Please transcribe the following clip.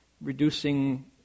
reducing